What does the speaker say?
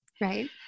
Right